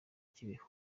kibeho